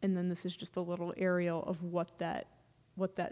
and then this is just a little area of what that what that